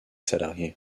salariés